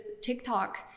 TikTok